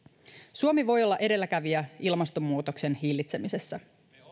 suomi voi olla edelläkävijä ilmastonmuutoksen hillitsemisessä